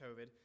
COVID